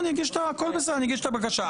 הכול בסדר, אני אגיש את הבקשה.